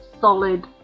solid